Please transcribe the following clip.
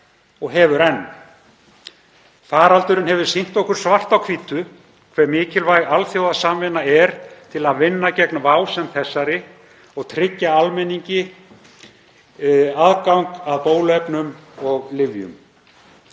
og hefur enn. Faraldurinn hefur sýnt okkur svart á hvítu hve mikilvæg alþjóðasamvinna er til að vinna gegn vá sem þessari og tryggja almenningi aðgang að bóluefnum og lyfjum.